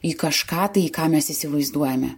į kažką tai ką mes įsivaizduojame